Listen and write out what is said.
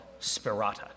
Spirata